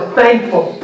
thankful